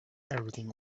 everything